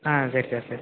ஆ சரி சார் சரி சார்